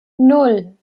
nan